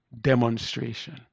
demonstration